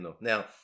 now